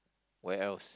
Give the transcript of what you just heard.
where else